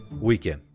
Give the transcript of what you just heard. weekend